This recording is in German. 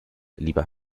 lieber